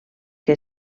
que